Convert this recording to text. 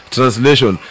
Translation